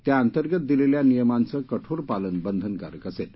त्याअंतर्गत दिलेल्या नियमांचं कठोर पालन बंधनकारक असेल